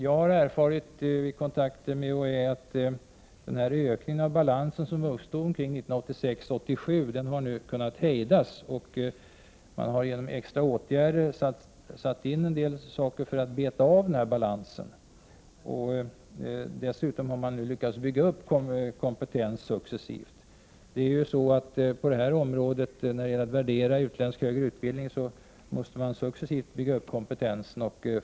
Vid kontakter med UHÄ har jag erfarit att en ökning av den balans som uppstod kring 1986/87 nu har kunnat hejdas. Genom extra åtgärder har man satt in en del resurser för att beta av balansen. När det gäller att värdera utländsk högre utbildning måste man successivt bygga upp kompetensen.